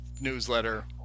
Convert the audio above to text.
newsletter